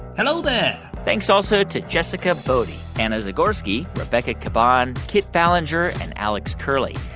hello there thanks also to jessica boddy, anna zagorski, rebecca caban, kit ballenger and alex curley.